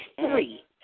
three